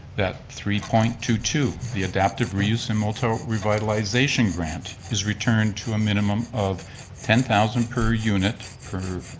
that three point two two. the adaptive reuse and multi-revitalization grant is returned to a minimum of ten thousand per unit per,